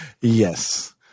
Yes